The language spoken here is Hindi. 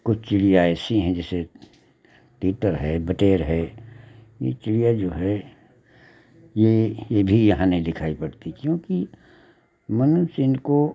कुछ चिड़ियाँ ऐसी हैं जैसे तीतर है बटेर है यह चिड़ियाँ जो है यह यह भी यहाँ नहीं दिखाई पड़ती क्योंकि मनुष्य इनको